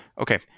Okay